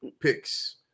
picks